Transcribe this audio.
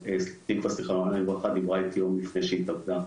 תקווה ז"ל דיברה איתי יום לפני שהיא התאבדה.